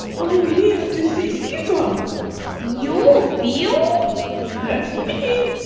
i'm here to see skipper you're bill? that's me!